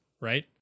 right